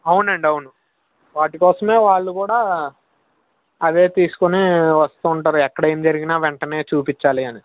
అవునండి అవును వాటికోసమే వాళ్ళు కూడా అవే తీసుకుని వస్తుంటారు ఎక్కడ ఏం జరిగినా వెంటనే చూపించాలి అని